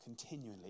continually